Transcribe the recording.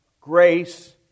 Grace